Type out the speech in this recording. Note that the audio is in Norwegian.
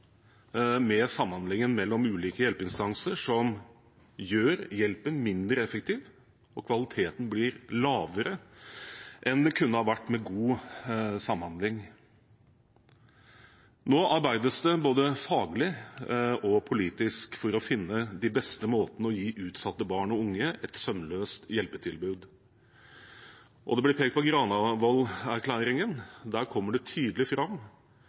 med samhandlingen mellom ulike hjelpeinstanser som gjør hjelpen mindre effektiv, og at kvaliteten blir lavere enn den kunne ha vært med god samhandling. Nå arbeides det både faglig og politisk for å finne de beste måtene å gi utsatte barn og unge et sømløst hjelpetilbud. Det ble pekt på Granavolden-erklæringen, og der kommer det tydelig fram